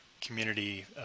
community